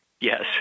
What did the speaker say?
Yes